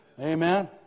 Amen